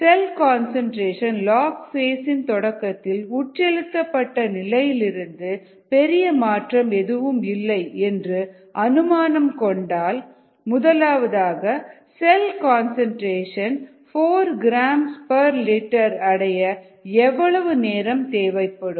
செல் concentration log phase இன் தொடக்கத்தில் உட்செலுத்தப்பட்ட நிலையிலிருந்து பெரிய மாற்றம் எதுவும் இல்லை என்று அனுமானம் கொண்டால் a செல் கன்சன்ட்ரேஷன் 4gl அடைய எவ்வளவு நேரம் தேவைப்படும்